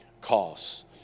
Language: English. costs